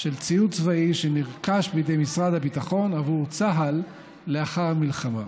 של ציוד צבאי שנרכש בידי משרד הביטחון עבור צה"ל לאחר המלחמה.